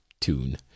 tune